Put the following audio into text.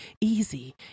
easy